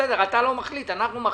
אתה לא מחליט, אנחנו מחליטים.